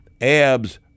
Abs